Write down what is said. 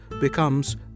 becomes